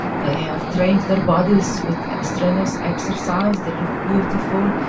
they have trained their bodies with strenuous exercise, they look beautiful,